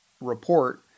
report